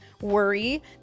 worry